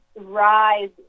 rise